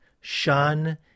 shun